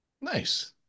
Nice